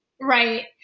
Right